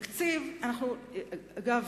ובכל זאת,